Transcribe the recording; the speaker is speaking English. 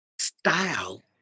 style